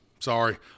Sorry